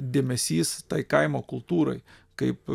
dėmesys tai kaimo kultūrai kaip